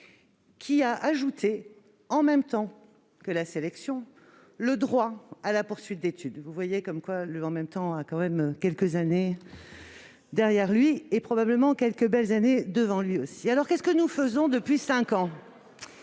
qui a prévu, en même temps que la sélection, le droit à la poursuite d'études. Vous voyez que le « en même temps » a quelques années derrière lui et, probablement, quelques belles années devant lui aussi. Alors, que faisons-nous depuis cinq ans ?